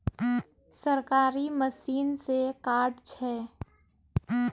सरकारी मशीन से कार्ड छै?